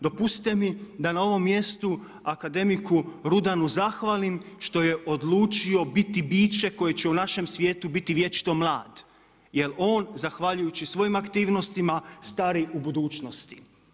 Dopustite mi da na ovom mjestu akademiku Rudanu zahvalim što je odlučio biti biće koje će u našem svijetu biti vječito mlad, jer on zahvaljujući svojim aktivnostima stari u budućnosti.